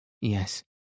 Yes